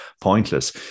pointless